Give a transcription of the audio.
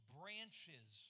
branches